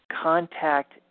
contact